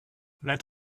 let